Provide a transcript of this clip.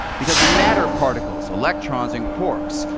because matter particles, electrons and quarks,